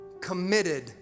committed